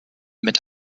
mit